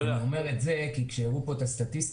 אני אומר את זה כי כשהראו כאן את הסטטיסטיקה,2018